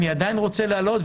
מי עדיין רוצה לעלות,